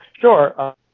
Sure